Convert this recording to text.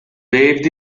waved